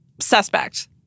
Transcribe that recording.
suspect